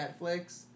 Netflix